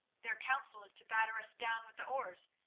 their counsel is to batter us down with the oars.